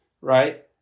Right